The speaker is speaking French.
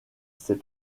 ses